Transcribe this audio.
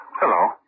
Hello